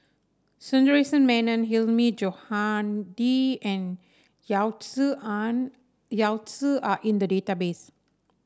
Sundaresh Menon Hilmi Johandi and Yao Zi Yao Zi are in the database